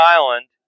Island